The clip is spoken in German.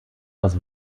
aus